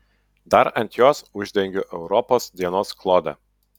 dar ant jos uždengiu europos dienos klodą